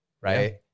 Right